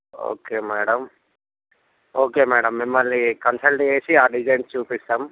okay madam okay madam మిమ్మల్ని consult చేసి ఆ డిజైన్స్ చూపిస్తాం